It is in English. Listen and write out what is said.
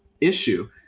issue